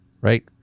right